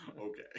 Okay